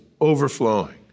overflowing